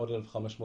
עוד 1,500 מטר,